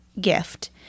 gift